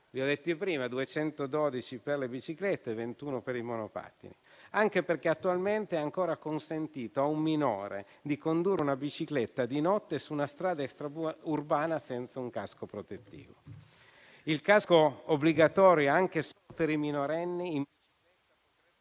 212 deceduti per le biciclette e 21 per i monopattini. Ricordo che attualmente è ancora consentito a un minore di condurre una bicicletta di notte su una strada extraurbana senza un casco protettivo. Il casco obbligatorio anche per i minorenni